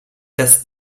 dass